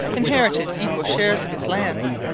inherited equal shares of his lands.